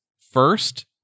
first